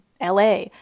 LA